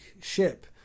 ship